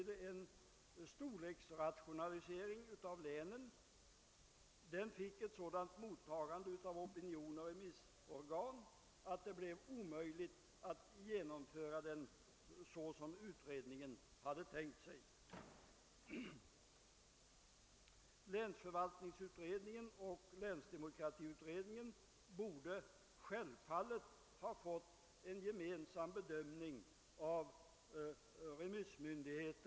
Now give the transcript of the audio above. Länsstyrelsen får en lekmannastyrelse med landshövdingen som ordförande samt tio andra ledamöter. Den nya länsstyrelsen får som en huvuduppgift att leda och samordna den samhällsplanering som bedrivs inom den statliga länsförvaltningen.